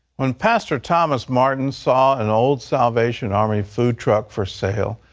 when pastor thomas martin saw an old salvation army food truck for sale,